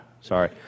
Sorry